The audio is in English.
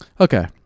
Okay